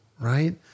right